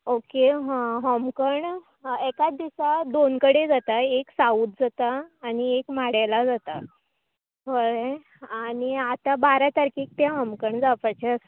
okay होमखंड एकात दिसा दोन कडे जाता एक साउत जाता आनी एक माडेला जाता कळ्ळे आनी आतां बारा तारकेक तें होमखंड जावपाचें आसा